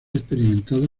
experimentado